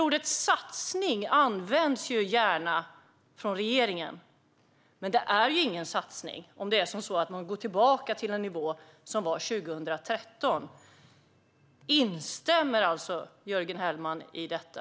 Ordet satsning används gärna av regeringen, men det är ingen satsning om man går tillbaka till den nivå som fanns 2013. Instämmer Jörgen Hellman i detta?